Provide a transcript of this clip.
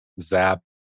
zap